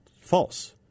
False